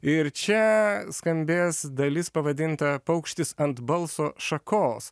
ir čia skambės dalis pavadinta paukštis ant balso šakos